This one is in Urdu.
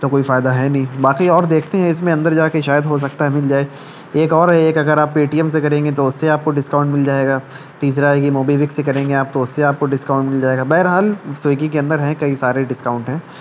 تو کوئی فائدہ ہے نہیں باقی اور دیکھتے ہیں اس میں اندر جا کے شاید ہو سکتا ہے مل جائے ایک اور ہے ایک اگر آپ پے ٹی ایم سے کریں گے تو اس سے آپ کو ڈسکاؤنٹ مل جائے گا تیسرا یہ موبی وک سے کریں گے آپ تو اس سے آپ کو ڈسکاؤنٹ مل جائے گا بہرحال سویگی کے اندر ہیں کئی سارے ڈسکاؤنٹ ہیں